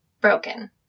broken